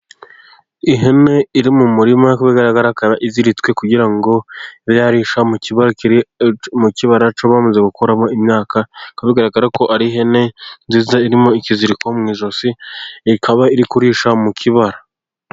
Ihene iri mu murima nkuko bigaragara ikaba iziritswe kugira ngo ibe yarisha, mu kibara bamaze gukuramo imyaka bikaba bigaragara ko ari ihene nziza, irimo ikiziriko mu ijosi, ikaba iri kurisha mu kibara.